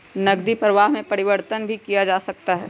नकदी प्रवाह में परिवर्तन भी किया जा सकता है